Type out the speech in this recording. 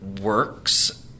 works